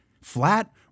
flat